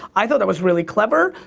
i thought that was really clever.